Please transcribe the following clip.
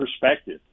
perspective